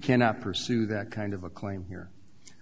cannot pursue that kind of a claim here